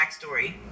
backstory